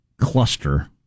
cluster